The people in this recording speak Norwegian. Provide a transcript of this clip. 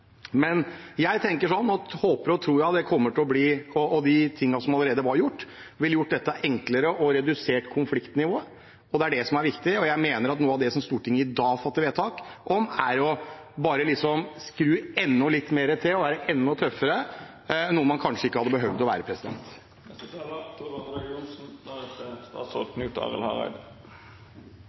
Jeg håper og tror det er kommet for å bli, og at de tingene som allerede er gjort, vil gjøre det enklere og redusere konfliktnivået. Det er det som er viktig. Jeg mener at noe av det Stortinget i dag fatter vedtak om, er å skru til enda litt mer og være enda tøffere, noe man kanskje ikke hadde behøvd å være.